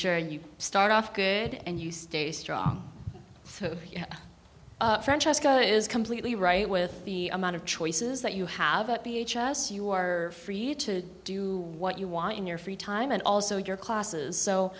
sure you start off good and you stay strong so you francesco is completely right with the amount of choices that you have at the h s you are free to do what you want in your free time and also your classes so